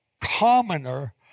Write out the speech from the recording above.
commoner